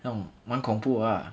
那种蛮恐怖的啊